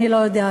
אני לא יודעת.